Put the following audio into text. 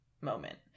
moment